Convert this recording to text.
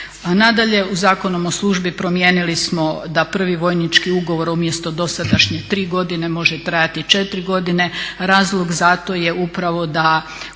Nadalje, Zakonom o službi promijenili smo da prvi vojnički ugovor umjesto dosadašnje tri godine može trajati četiri godine. Razlog za to je upravo da